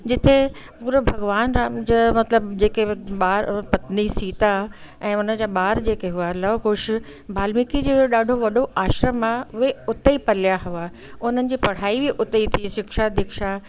जिते पूरो भॻवानु राम जा मतिलबु जेके ॿार और पत्नी सीता ऐं हुन जा ॿार जेके हुआ लव कुश बालमिकी जे ॾाढो वॾो आश्रम आहे उहे उते ई पलिया हुआ उन्हनि जी पढ़ाई बि उते ई थी शिक्षा दिक्षा